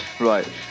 Right